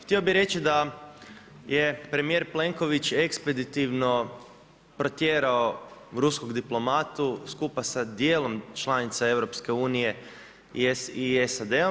Htio bih reći da je premijer Plenković ekspeditivno protjerao ruskog diplomatu skupa sa dijelom članica EU i SAD-om.